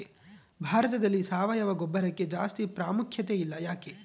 ಭಾರತದಲ್ಲಿ ಸಾವಯವ ಗೊಬ್ಬರಕ್ಕೆ ಜಾಸ್ತಿ ಪ್ರಾಮುಖ್ಯತೆ ಇಲ್ಲ ಯಾಕೆ?